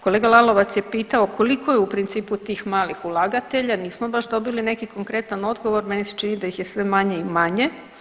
Kolega Lalovac je pitao koliko je u principu tih malih ulagatelja, nismo baš dobili neki konkretan odgovor, meni se čini da ih je sve manje i manje.